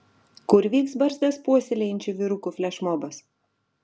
kur vyks barzdas puoselėjančių vyrukų flešmobas